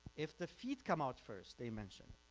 if the feet come out first, they mention